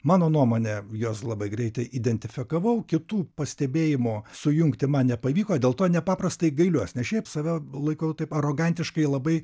mano nuomone juos labai greitai identifikavau kitų pastebėjimų sujungti man nepavyko dėl to nepaprastai gailiuosi nes šiaip save laikau taip arogantiškai labai